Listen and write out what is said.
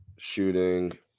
Shooting